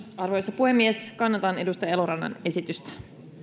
arvoisa puhemies kannatan edustaja elorannan esitystä